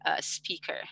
speaker